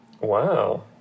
Wow